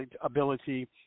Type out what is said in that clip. ability